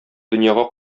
дөньяга